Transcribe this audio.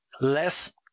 less